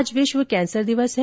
आज विश्व कैंसर दिवस है